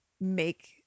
make